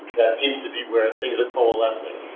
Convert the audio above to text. that seems to be where things are coalescing,